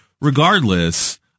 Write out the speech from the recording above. Regardless